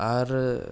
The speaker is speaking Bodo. आरो